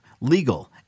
legal